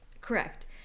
Correct